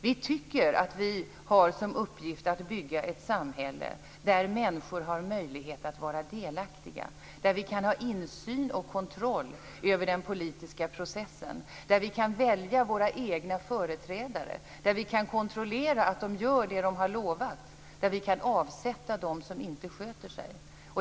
Vi tycker att vi har som uppgift att bygga ett samhälle där människor har möjlighet att vara delaktiga, där vi kan ha insyn och kontroll över den politiska processen, där vi kan välja våra egna företrädare, där vi kan kontrollera att de gör det de har lovat, där vi kan avsätta dem som inte sköter sig.